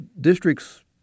districts